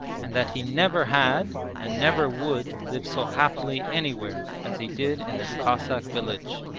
and that he never had and never would live so happily anywhere as he did in this cossack village.